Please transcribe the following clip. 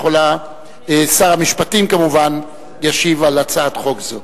שר המשפטים כמובן ישיב על הצעת חוק זו.